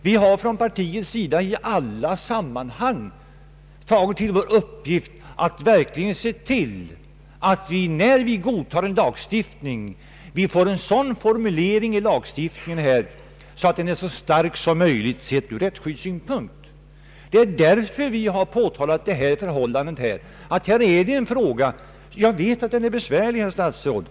Vi inom partiet har i alla sammanhang tagit till vår uppgift att vi, när vi godtar en lagstiftning, får en sådan formulering att den blir så stark som möjligt ur rättsskyddssynpunkt. Det är därför vi påtalat denna fråga, och jag vet att den är besvärlig.